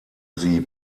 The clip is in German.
sie